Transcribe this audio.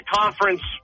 conference